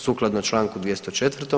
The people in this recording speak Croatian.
Sukladno čl. 204.